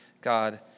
God